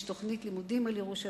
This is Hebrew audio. יש תוכנית לימודים על ירושלים,